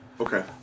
okay